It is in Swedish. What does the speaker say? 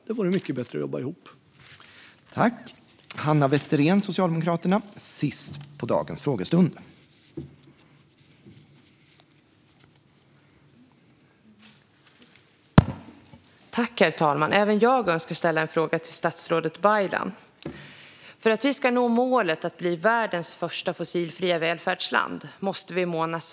Det vore mycket bättre att jobba ihop än att bråka.